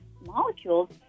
molecules